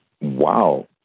wow